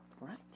right